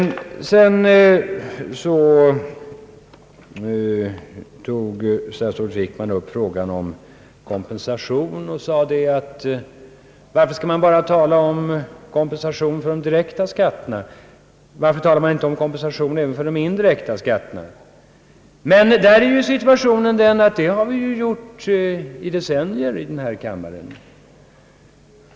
Sedan tog statsrådet Wickman upp frågan om kompensation. Varför skall man bara tala om kompensation för de direkta skatterna, varför talar man inte om kompensation för de indirekta skatterna undrade han. Men det har vi ju gjort under decennier i denna kammare!